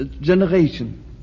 generation